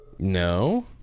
No